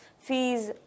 fees